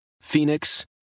Phoenix